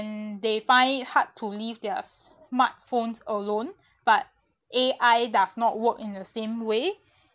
and they find it hard to leave their smartphones alone but A_I does not work in the same way